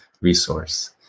resource